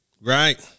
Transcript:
Right